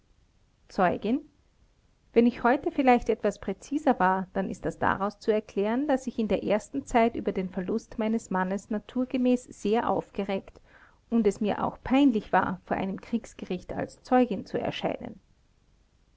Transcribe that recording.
zeugin wenn ich heute vielleicht etwas präziser war dann ist das daraus zu erklären daß ich in der ersten zeit über den verlust meines mannes naturgemäß sehr aufgeregt und es mir auch peinlich war vor einem kriegsgericht als zeugin zu erscheinen